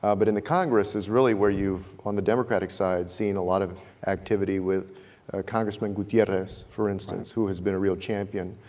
ah but in the congress is really where you, on the democratic side, have seen a lot of activity with congressman gutierrez, for instance, who has been a real champion,